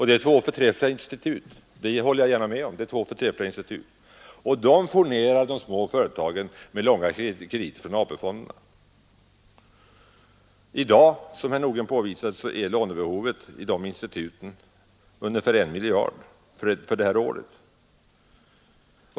Det är två förträffliga institut, har man sagt, och det håller jag gärna med om. De furnerar småföretagen med långa krediter från AP-fonderna. Som herr Nordgren påvisat är lånebehovet vid de instituten ungefär 1 miljard för det här året.